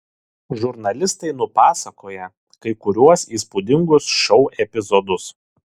žurnalistai nupasakoja kai kuriuos įspūdingus šou epizodus